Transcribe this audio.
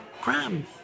crime